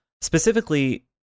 Specifically